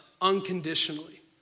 unconditionally